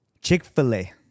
chick-fil-a